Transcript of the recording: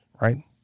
right